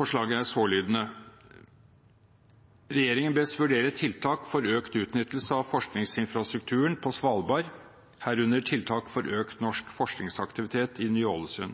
Forslagene til vedtak er sålydende: «Stortinget ber regjeringen vurdere tiltak for økt utnyttelse av forskningsinfrastrukturen på Svalbard, herunder tiltak for økt norsk forskningsaktivitet i